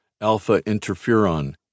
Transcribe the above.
alpha-interferon